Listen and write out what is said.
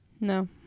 No